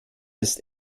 ist